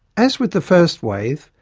as with the first wave,